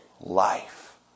life